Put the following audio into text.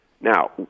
Now